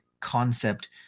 concept